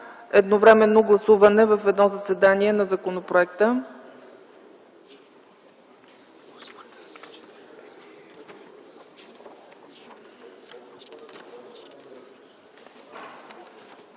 едновременно гласуване в едно заседание на законопроекта.